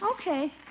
Okay